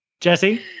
Jesse